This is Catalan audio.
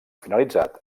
finalitzat